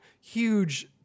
huge